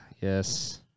yes